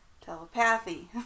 Telepathy